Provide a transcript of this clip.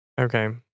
Okay